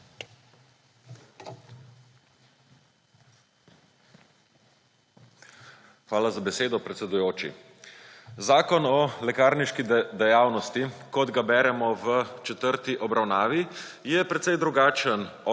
Hvala za besedo, predsedujoči. Zakon o lekarniški dejavnosti, kot ga beremo v četrti obravnavi, je precej drugačen